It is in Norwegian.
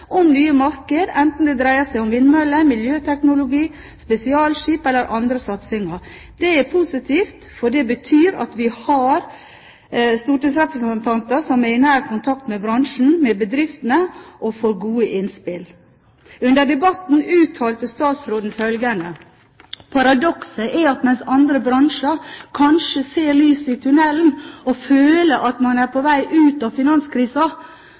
om nye markeder, enten det dreier seg om vindmøller, miljøteknologi, spesialskip eller andre satsinger. Det er positivt, for det betyr at vi har stortingsrepresentanter som er i nær kontakt med bransjen, med bedriftene, og får gode innspill.» Under debatten uttalte statsråden også følgende: «Paradokset er at mens andre bransjer kanskje ser lyset i tunnelen og føler at man er på vei ut av